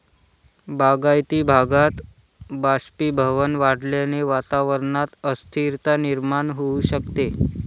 बागायती भागात बाष्पीभवन वाढल्याने वातावरणात अस्थिरता निर्माण होऊ शकते